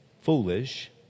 foolish